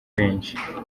benshi